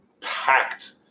packed